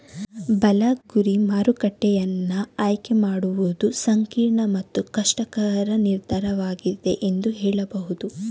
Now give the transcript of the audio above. ಬಲ ಗುರಿ ಮಾರುಕಟ್ಟೆಯನ್ನ ಆಯ್ಕೆ ಮಾಡುವುದು ಸಂಕೀರ್ಣ ಮತ್ತು ಕಷ್ಟಕರ ನಿರ್ಧಾರವಾಗಿದೆ ಎಂದು ಹೇಳಬಹುದು